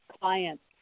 clients